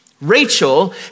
Rachel